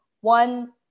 one